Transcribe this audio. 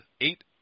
eight